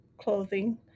clothing